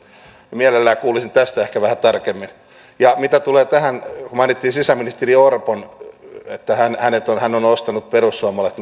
mielelläni kuulisin tästä ehkä vähän tarkemmin mitä tulee tähän kun mainittiin sisäministeri orpo että hän on ostanut perussuomalaiset